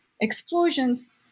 explosions